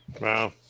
Wow